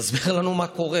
תסביר לנו מה קורה.